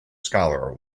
scholar